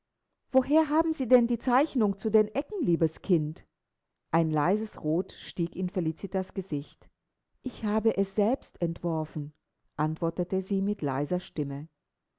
woher haben sie denn die zeichnung zu den ecken liebes kind ein leises rot stieg in felicitas gesicht ich habe sie selbst entworfen antwortete sie mit leiser stimme